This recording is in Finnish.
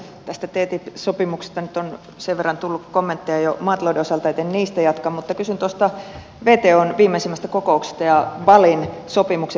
tästä ttip sopimuksesta nyt on sen verran tullut kommentteja jo maatalouden osalta että en niistä jatka mutta kysyn wton viimeisimmästä kokouksesta ja balin sopimuksen merkityksestä